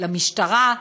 למשטרה,